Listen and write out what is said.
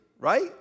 right